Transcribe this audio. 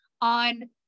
on